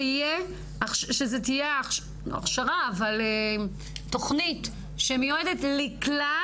שזו תהיה הכשרה לא הכשרה אבל תוכנית שמיועדת לכלל